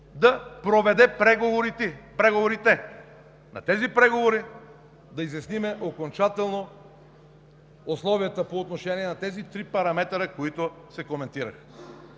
да проведе преговорите. На тези преговори да изясним окончателно условията по отношение на тези три параметъра, които се коментираха.